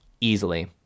easily